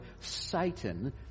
Satan